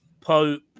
Pope